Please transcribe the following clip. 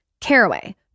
Caraway